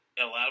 allowed